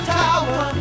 tower